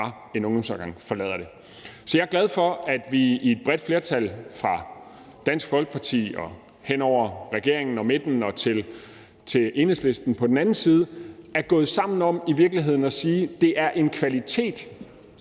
en ungdomsårgang forlader det. Så jeg er glad for, at vi i et bredt flertal fra Dansk Folkeparti hen over regeringen og midten til Enhedslisten på den anden side i virkeligheden er gået sammen om at sige, at det er en kvalitet